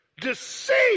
deceive